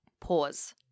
Pause